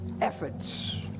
efforts